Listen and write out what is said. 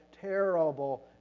terrible